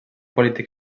polític